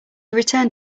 returned